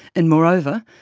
and moreover,